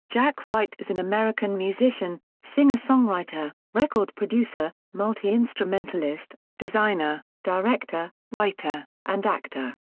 jack white is an american musician, singer-songwriter, record producer, multi-instrumentalist, designer, director, writer, and actor.